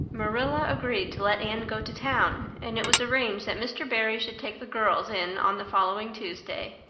marilla agreed to let anne go to town, and it was arranged that mr. barry should take the girls in on the following tuesday.